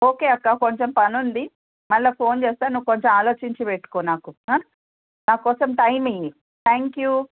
okay అక్క కొంచెం పని ఉంది మళ్ళా నేను ఫోన్ చేస్తా నువ్వు కొంచెం ఆలోచించి పెట్టుకో నాకు నాకోసం టైమ్ ఇవవి త్యాంక్ యూ